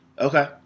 Okay